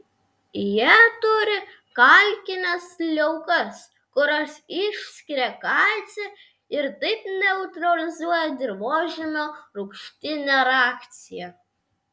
jie turi kalkines liaukas kurios išskiria kalcį ir taip neutralizuoja dirvožemio rūgštinę reakciją